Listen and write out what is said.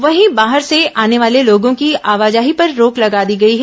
वहीं बाहर से आने वाले लोगों की आवाजाही पर रोक लगा दी गई है